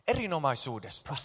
Erinomaisuudesta